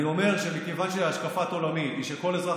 אני אומר שמכיוון שהשקפת עולמי היא שכל אזרח